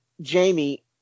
Jamie